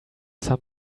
some